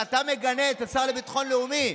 ואתה מגנה את השר לביטחון לאומי?